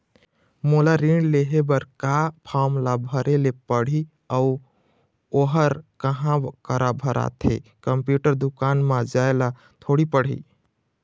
मोला ऋण लेहे बर का फार्म ला भरे ले पड़ही अऊ ओहर कहा करा भराथे, कंप्यूटर दुकान मा जाए ला थोड़ी पड़ही?